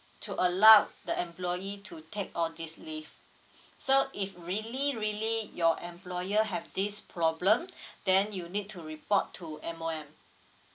to allowed the employee to take all these leave so if really really your employer have this problem then you need to report to M_O_M